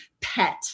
pet